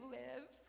live